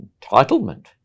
entitlement